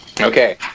Okay